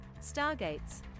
Stargates